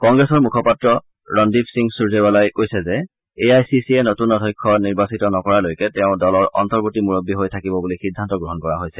কংগ্ৰেছৰ মুখপাত্ৰ ৰণীপ সিং সূৰ্যেৱালাই কৈছে যে এ আই চি চিয়ে নতুন অধ্যক্ষ নিৰ্বাচিত নকৰালৈকে তেওঁ দলৰ অন্তৰ্বতী মুৰববী হৈ থাকিব বুলি সিদ্ধান্ত গ্ৰহণ কৰা হৈছে